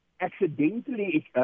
accidentally